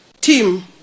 team